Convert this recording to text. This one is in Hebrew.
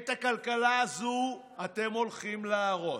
את הכלכלה הזו, אתם הולכים להרוס.